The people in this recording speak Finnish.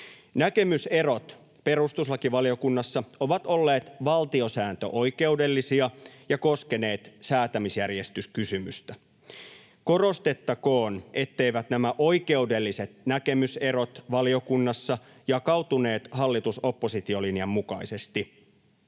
Näkemyserot perustuslakivaliokunnassa ovat olleet valtiosääntöoikeudellisia ja koskeneet säätämisjärjestyskysymystä. Korostettakoon, etteivät nämä oikeudelliset näkemyserot valiokunnassa jakautuneet hallitus—oppositio-linjan mukaisesti.